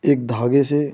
एक धागे से